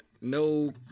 no